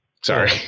Sorry